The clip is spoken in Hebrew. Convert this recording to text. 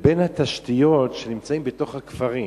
ובין התשתיות בתוך הכפרים.